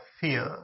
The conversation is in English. fear